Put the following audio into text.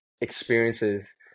experiences